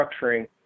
structuring